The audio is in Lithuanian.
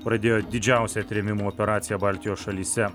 pradėjo didžiausią trėmimų operaciją baltijos šalyse